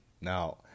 Now